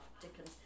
Dickens